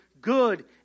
good